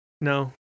no